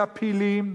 טפילים,